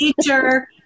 teacher